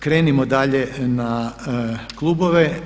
Krenimo dalje na klubove.